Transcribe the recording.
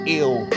ill